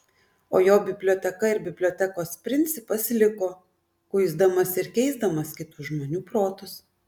o jo biblioteka ir bibliotekos principas liko kuisdamas ir keisdamas kitų žmonių protus